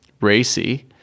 racy